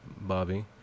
Bobby